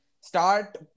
start